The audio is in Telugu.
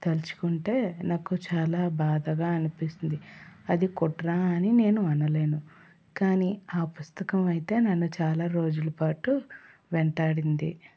తలుచుకుంటే నాకు చాలా బాధగా అనిపిస్తుంది అది కుట్ర అని నేను అనలేను కానీ ఆ పుస్తకం అయితే నన్ను చాలా రోజుల పాటు వెంటాడింది